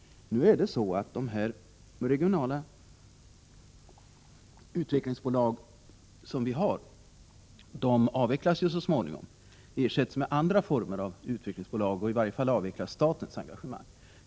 Nu är det emellertid så att de regionala utvecklingsbolag som finns så småningom avvecklas och ersätts med andra former av utvecklingsbolag. I varje fall avvecklas statens engagemang.